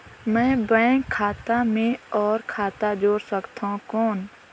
मैं बैंक खाता मे और खाता जोड़ सकथव कौन?